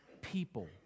people